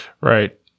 Right